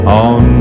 on